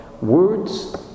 words